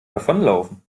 davonlaufen